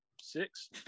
six